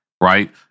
right